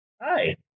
Hi